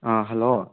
hello